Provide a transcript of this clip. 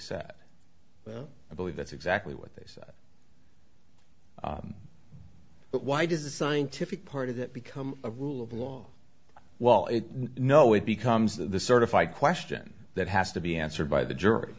said i believe that's exactly what they said but why does the scientific part of it become a rule of law well if no it becomes the certified question that has to be answered by the jury